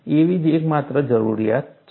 એવી જ એક માત્ર જરૂરિયાત છે